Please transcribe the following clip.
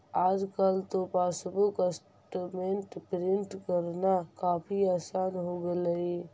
आजकल तो passbook statement print करना काफी आसान हो गईल